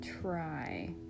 try